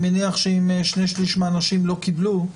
מניח שאם שני שלישים מהאנשים לא קיבלו.